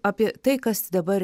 apie tai kas dabar